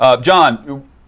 John